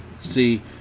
see